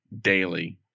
Daily